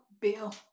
bill